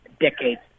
decades